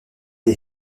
les